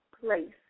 place